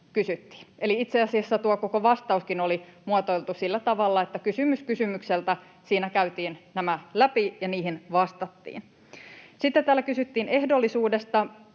Eli itse asiassa tuo koko vastauskin oli muotoiltu sillä tavalla, että kysymys kysymykseltä siinä käytiin nämä läpi ja niihin vastattiin. Sitten täällä kysyttiin ehdollisuudesta.